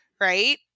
Right